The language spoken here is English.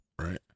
Right